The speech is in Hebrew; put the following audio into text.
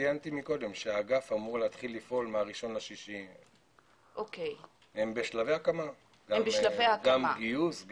ציינתי קודם שהאגף אמור להתחיל לפעול מ 1.6. הם בשלבי הקמה גם גיוס,